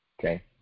Okay